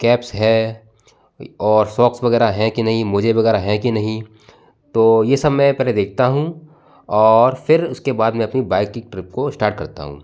caps है और socks वगैरह हैं कि नहीं मोजे वगैरह हैं कि नहीं तो यह सब मैं पहले देखता हूँ और फिर उसके बाद मैं अपनी बाइक की ट्रिप को स्टार्ट करता हूँ